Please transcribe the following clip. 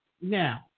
now